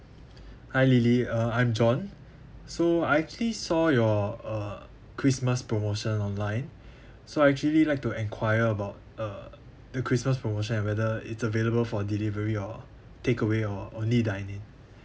hi lily uh I'm john so I actually saw your uh christmas promotion online so I actually like to enquire about uh the christmas promotion and whether it's available for delivery or takeaway or only dine in